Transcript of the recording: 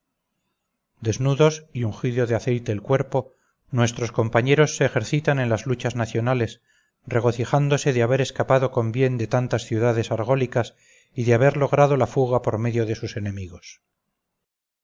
desnudos y ungido de aceite el cuerpo nuestros compañeros se ejercitan en las luchas nacionales regocijándose de haber escapado con bien de tantas ciudades argólicas y de haber logrado la fuga por medio de sus enemigos